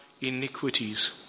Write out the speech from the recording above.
iniquities